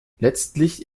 letztlich